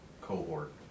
cohort